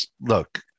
look